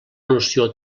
noció